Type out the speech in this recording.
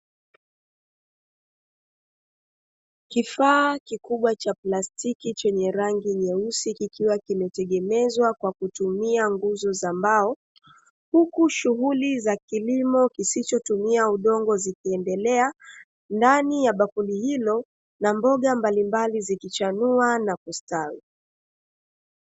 Kifaa kikubwa cha plasitiki chenye rangi nyeusi, kikiwa kimetengenezwa kwa kutumia nguzo za mbao; huku shughuli za kilimo kisichotumia udongo zikiendelea ndani ya bakuli hilo, na mboga mbalimbali zikichanua na kustawi.